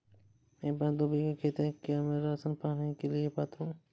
मेरे पास दो बीघा खेत है क्या मैं राशन पाने के लिए पात्र हूँ?